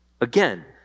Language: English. Again